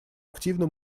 активно